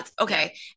Okay